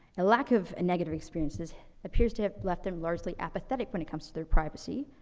a lack of negative experiences appears to have left them largely apathetic when it comes to their privacy,